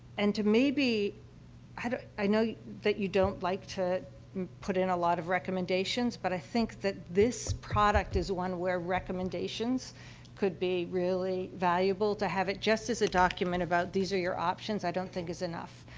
and to maybe i i know that you don't like to put in a lot of recommendations, but i think that this product is one where recommendations could be really valuable. to have it just as a document about, these are your options, i don't think, is enough.